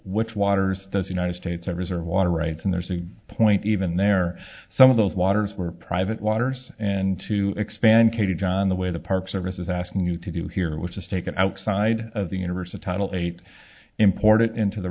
which waters those united states are reserve water rights and there's a point even there some of those waters were private waters and to expand katy john the way the park service is asking you to do here which is take it outside of the universe of title eight import it into the